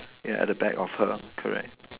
ya at the back of her correct